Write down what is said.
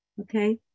Okay